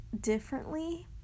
differently